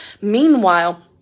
Meanwhile